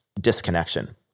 disconnection